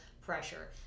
pressure